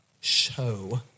show